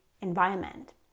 environment